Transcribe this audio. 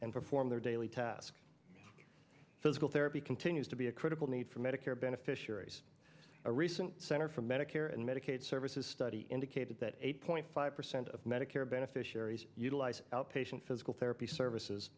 and perform their daily tasks physical therapy continues to be a critical need for medicare beneficiaries a recent center for medicare and medicaid services study indicated that eight point five percent of medicare beneficiaries utilize outpatient physical therapy services